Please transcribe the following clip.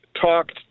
talked